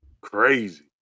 crazy